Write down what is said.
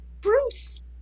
Bruce